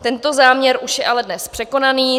Tento záměr už je ale dnes překonaný.